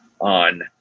on